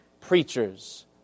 preachers